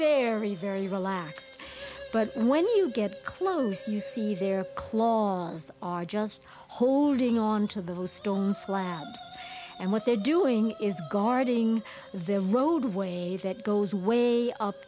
very very relaxed but when you get close you see their claws are just holding on to those storms lamps and what they're doing is guarding their roadway that goes way up